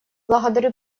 благодарю